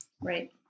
Right